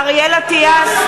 (קוראת בשמות חברי הכנסת) אריאל אטיאס,